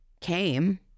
came